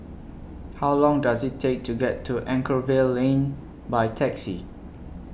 How Long Does IT Take to get to Anchorvale Lane By Taxi